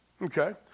Okay